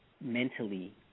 mentally